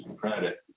credit